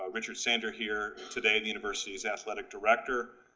ah richard sander here today, the university's athletic director,